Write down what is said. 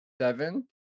seven